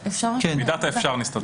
במידת האפשר נסתדר.